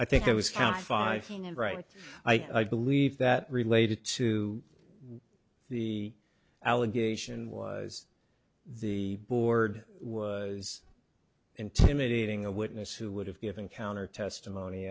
hundred right i believe that related to the allegation was the board was intimidating a witness who would have given counter testimony